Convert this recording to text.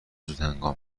زودهنگام